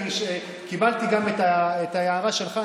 אני קיבלתי גם את ההערה שלך.